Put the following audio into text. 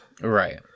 Right